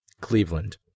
Cleveland